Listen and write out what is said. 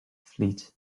fleet